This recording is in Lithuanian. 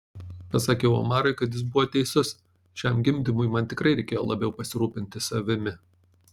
pasakiau omarui kad jis buvo teisus šiam gimdymui man tikrai reikėjo labiau pasirūpinti savimi